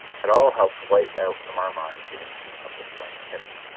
had all helped to wipe out from our minds the incident of the slain kitten.